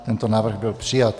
Tento návrh byl přijat.